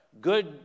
good